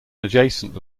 adjacent